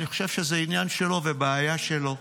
אני חושב שזה עניין שלו ובעיה שלו.